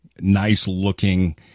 nice-looking